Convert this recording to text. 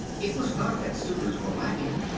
it was not that suitors were lacking.